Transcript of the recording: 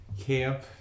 camp